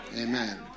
Amen